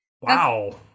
Wow